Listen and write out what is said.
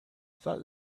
thought